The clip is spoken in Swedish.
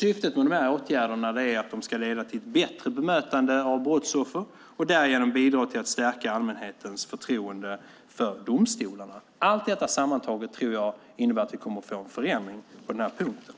Syftet med de åtgärderna är att de ska leda till ett bättre bemötande av brottsoffer och därmed bidra till att stärka allmänhetens förtroende för domstolarna. Allt detta sammantaget tror jag innebär att vi kommer att få en förändring på den här punkten.